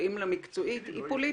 קוראים לה מקצועית, היא פוליטית.